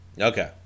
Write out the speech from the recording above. Okay